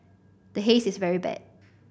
the Haze is very bad